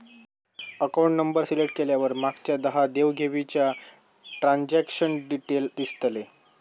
account number select केल्यावर मागच्या दहा देव घेवीचा ट्रांजॅक्शन डिटेल दिसतले